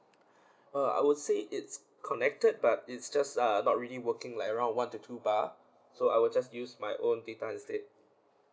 uh I would say it's connected but it's just uh not really working like around one to two bar so I will just use my own data instead